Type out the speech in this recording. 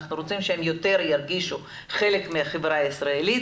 אנחנו רוצים שהם ירגישו חלק מהחברה הישראלית,